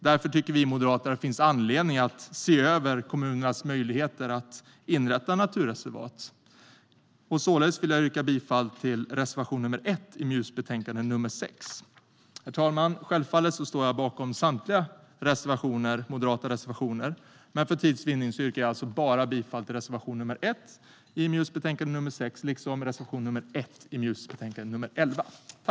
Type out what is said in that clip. Därför tycker vi moderater att det finns anledning att se över kommunernas möjligheter att inrätta naturreservat. Således vill jag yrka bifall till reservation nr 1 i betänkande MJU6. Herr talman! Självfallet står jag bakom samtliga moderata reservationer, men för tids vinnande yrkar jag alltså bifall bara till reservation nr 1 i betänkande MJU6 och till reservation nr 1 i betänkande MJU11.